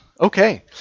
okay